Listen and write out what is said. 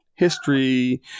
history